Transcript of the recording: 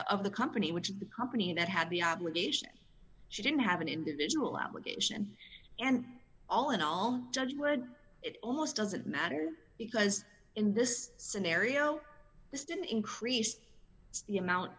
of the company which is the company that had the obligation she didn't have an individual out and all and all judge would it almost doesn't matter because in this scenario this didn't increase the amount